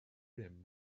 rim